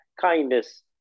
kindness